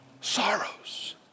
sorrows